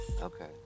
Okay